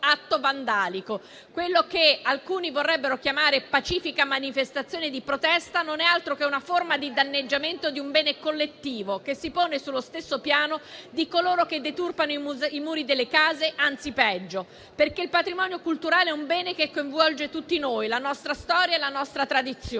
atto vandalico: quello che alcuni vorrebbero chiamare pacifica manifestazione di protesta non è altro che una forma di danneggiamento di un bene collettivo che si pone sullo stesso piano di coloro che deturpano i muri delle case, anzi peggio, perché il patrimonio culturale è un bene che coinvolge tutti noi, la nostra storia e la nostra tradizione.